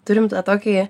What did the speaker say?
turim tą tokį